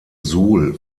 suhl